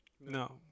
No